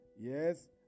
Yes